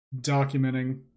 documenting